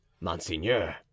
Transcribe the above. monseigneur